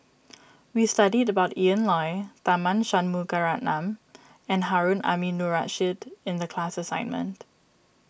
we studied about Ian Loy Tharman Shanmugaratnam and Harun Aminurrashid in the class assignment